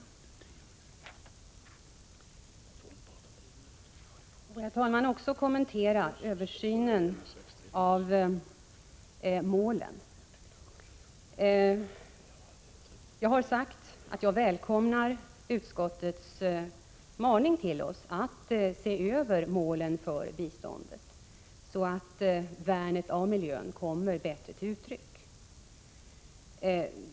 Får jag, herr talman, också kommentera översynen av målen. Jag har sagt att jag välkomnar utskottets maning till oss att se över målen för biståndet, så att värnet av miljön kommer bättre till uttryck.